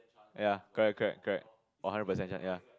ya correct correct correct or hundred percent ya ya